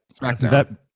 SmackDown